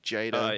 Jada